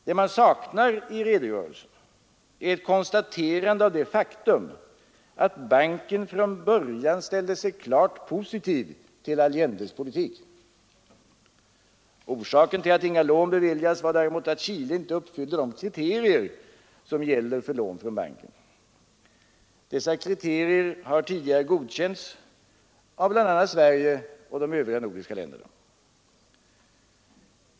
Det man saknar i redogörelsen är ett konstaterande av det faktum att banken från början ställde sig klart positiv till Allendes politik. Orsaken till att inga lån beviljades var däremot att Chile inte uppfyllde de kriterier som gäller för lån från banken. Dessa kriterier har tidigare godkänts av bl.a. Sverige och de övriga nordiska länderna.